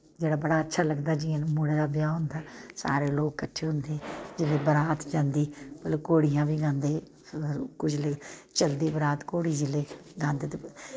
जेह्ड़ा बड़ा अच्छा लगदा ऐ जि'यां कुसै मुड़े दा ब्याह् होंदा ऐ सारे लोग कट्ठे होंदे जिसलै बारात जंदी उसलै घोड़ियां बी गांदे चलदी बरात जिसलै घोड़ी गांदे ते